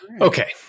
Okay